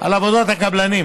על עבודת הקבלנים.